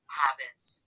habits